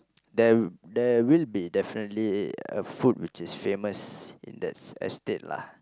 there there will be definitely a food which is famous in that estate lah